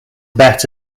bet